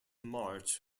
march